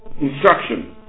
instruction